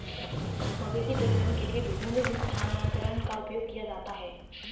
मवेशी प्रजनन के लिए भ्रूण स्थानांतरण का उपयोग किया जाता है